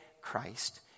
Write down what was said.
Christ